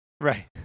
Right